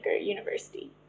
University